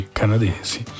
canadesi